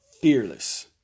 fearless